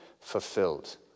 fulfilled